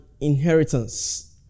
inheritance